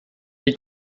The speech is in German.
die